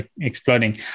exploding